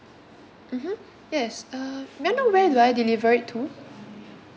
mmhmm yes uh may I know where do I deliver it to